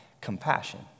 Compassion